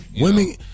women